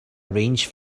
arrange